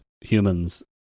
humans